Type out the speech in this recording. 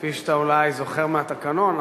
כפי שאתה אולי זוכר מהתקנון,